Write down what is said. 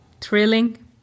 thrilling